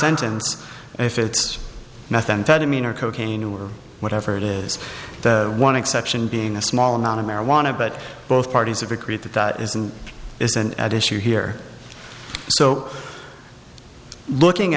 sentence if it's methamphetamine or cocaine or whatever it is the one exception being a small amount of marijuana but both parties have recreate that that is and isn't at issue here so looking